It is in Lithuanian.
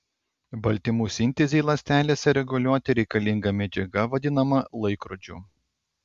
baltymų sintezei ląstelėse reguliuoti reikalinga medžiaga vadinama laikrodžiu